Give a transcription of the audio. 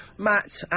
Matt